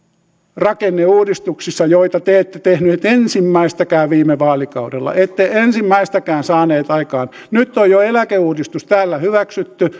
rakenneuudistuksissa joita te ette tehneet ensimmäistäkään viime vaalikaudella ette ensimmäistäkään saaneet aikaan nyt on jo eläkeuudistus täällä hyväksytty